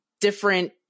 different